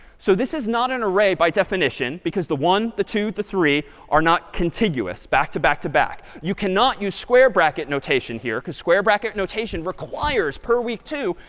so this is not an array by definition, because the one, the two, the three are not contiguous back to back to back. you cannot square bracket notation here because square bracket notation requires, per week two,